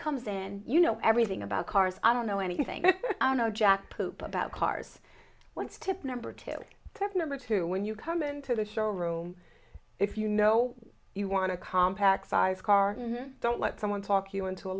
comes in you know everything about cars i don't know anything i don't know jack poop about cars once tip number two to number two when you come into the showroom if you know you want a compact size carton don't let someone talk you into a